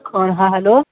हाँ हलो